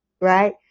right